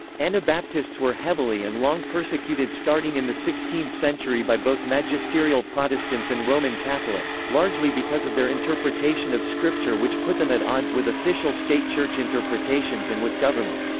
anabaptists were heavily and long persecuted starting in the sixteenth century by both magisterial protestants and roman catholics, largely because of their interpretation of scripture which put them at odds with official state church interpretations and with government.